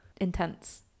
intense